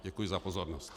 Děkuji za pozornost.